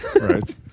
right